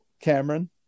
Cameron